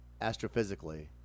astrophysically